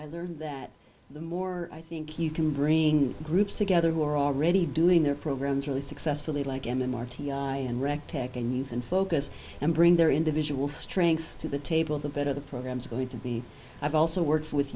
was there that the more i think you can bring groups together who are already doing their programs really successfully like m m r t i and rec tech and even focus and bring their individual strengths to the table the better the program is going to be i've also worked with